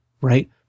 right